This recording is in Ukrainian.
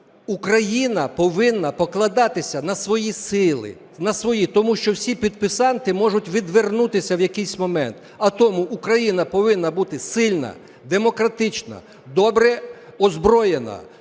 Україна повинна покладатися на свої сили, на свої, тому що всі підписанти можуть відвернутися в якийсь момент. А тому Україна повинна бути сильна, демократична, добре озброєна,